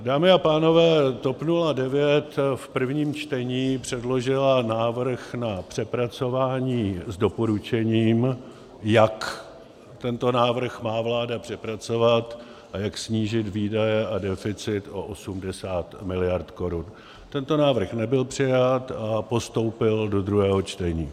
Dámy a pánové, TOP 09 v prvním čtení předložila návrh na přepracování s doporučením, jak tento návrh má vláda přepracovat a jak snížit výdaje a deficit o 80 miliard korun, tento návrh nebyl přijat, a postoupil do druhého čtení.